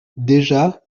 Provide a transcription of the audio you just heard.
déjà